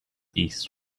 east